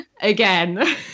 again